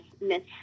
miss